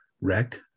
wreck